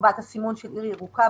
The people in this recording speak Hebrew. הסימון של עיר ירוקה.